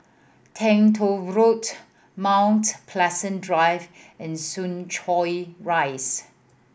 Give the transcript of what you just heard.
Teng Tong Road Mount Pleasant Drive and Soo Chow Rise